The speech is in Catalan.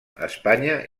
espanya